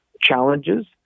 challenges